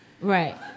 Right